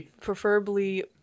Preferably